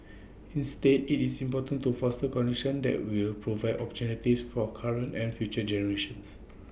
instead IT is important to foster conditions that will provide opportunities for current and future generations